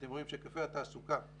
אתם רואים שהקצאת המכסות